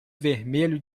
vermelho